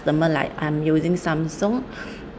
customer like I'm using samsung